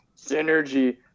synergy